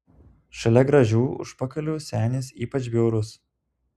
šalia gražių užpakalių senis ypač bjaurus